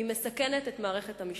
היא מסכנת את מערכת המשפט".